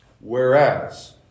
Whereas